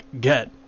Get